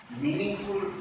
meaningful